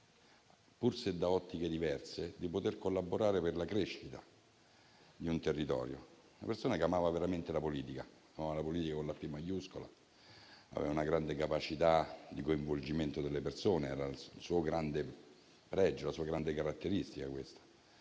pur da ottiche diverse, di saper collaborare per la crescita di un territorio, una persona che amava veramente la politica, quella con la P maiuscola. Aveva una grande capacità di coinvolgimento delle persone, che era il suo grande pregio, la sua grande caratteristica.